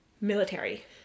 military